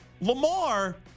Lamar